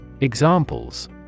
Examples